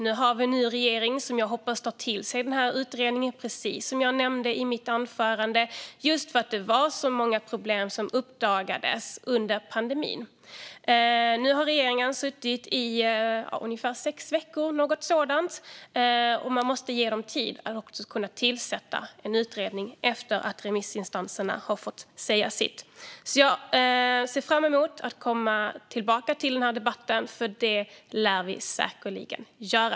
Nu har vi en ny regering som jag hoppas tar till sig utredningen, precis som jag nämnde i mitt anförande. Det var ju så många problem som uppdagades under pandemin. Regeringen har suttit i ungefär sex veckor, och vi måste ge den tid att tillsätta en utredning efter att remissinstanserna har fått säga sitt. Jag ser fram emot att komma tillbaka till debatten. Det lär vi säkerligen göra.